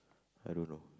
I don't know